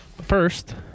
First